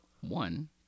one